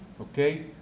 okay